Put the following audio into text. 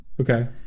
Okay